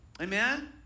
Amen